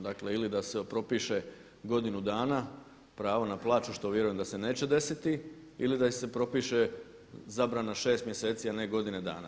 Dakle ili da se propiše godinu dana pravo na plaću što vjerujem da se neće desiti ili da se propiše zabrana 6 mjeseci a ne godine dana.